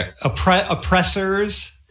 oppressors